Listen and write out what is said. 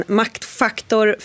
maktfaktor